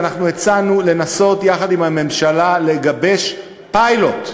ואנחנו הצענו לנסות יחד עם הממשלה לגבש פיילוט,